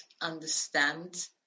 understand